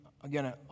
again